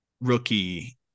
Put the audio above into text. rookie